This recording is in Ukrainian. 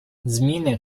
зміни